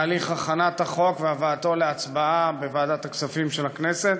בהליך הכנת החוק והבאתו להצבעה בוועדת הכספים של הכנסת.